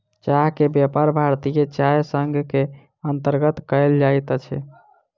चाह के व्यापार भारतीय चाय संग के अंतर्गत कयल जाइत अछि